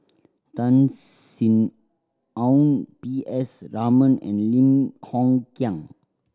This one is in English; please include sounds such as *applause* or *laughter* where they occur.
Tan *unintelligible* Sin Aun P S Raman and Lim Hng Kiang